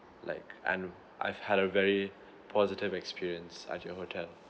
like and I've had a very positive experience at your hotel